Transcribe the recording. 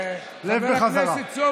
לב בחזרה.